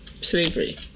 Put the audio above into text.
slavery